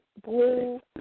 blue